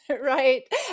Right